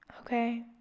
okay